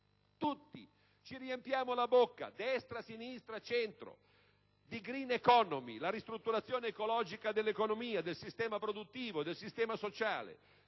Tutti ci riempiamo la bocca - destra, sinistra e centro - di *green economy*, la ristrutturazione ecologica dell'economia, del sistema produttivo, del sistema sociale